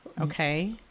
okay